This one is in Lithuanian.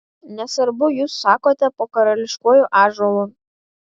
nesvarbu jūs sakote po karališkuoju ąžuolu